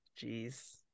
jeez